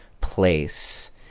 place